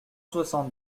soixante